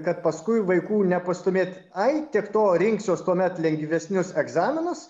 kad paskui vaikų nepastūmėt ai tiek to rinksiuosi tuomet lengvesnius egzaminus